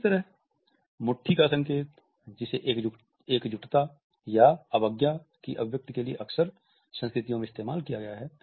इसी तरह मुट्ठी का संकेत जिसे एकजुटता या अवज्ञा की अभिव्यक्ति के लिए अक्सर संस्कृतियों में इस्तेमाल किया गया है